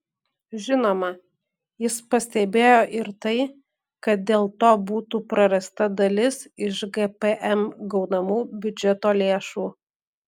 žinoma jis pastebėjo ir tai kad dėl to būtų prarasta dalis iš gpm gaunamų biudžeto lėšų